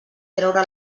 treure